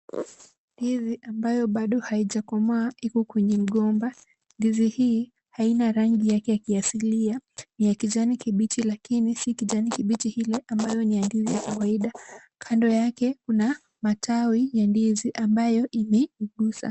Ndizi ambayo bado haijakomaa iko kwenye mgomba. Ndizi hii haina rangi yake ya kiasilia. Ni ya kijani kibichi lakini si kijani kibichi ambayo ni ya ndizi ya kawaida. Kando yake kuna matawi ya ndizi ambayo imeiguza.